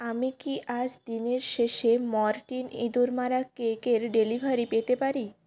আমি কি আজ দিনের শেষে মর্টিন ইঁদুর মারা কেকের ডেলিভারি পেতে পারি